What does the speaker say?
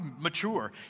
mature